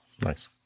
Nice